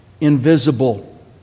invisible